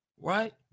Right